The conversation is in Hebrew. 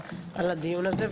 על הדיון הזה,